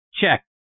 Check